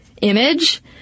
image